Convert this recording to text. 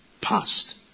Past